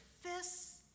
fists